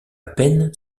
peine